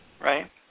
right